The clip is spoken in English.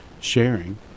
sharing